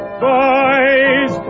boys